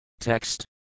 TEXT